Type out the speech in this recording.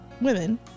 Women